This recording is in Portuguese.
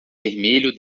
vermelho